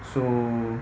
so